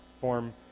form